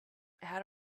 had